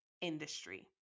industry